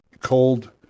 cold